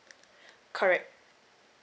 correct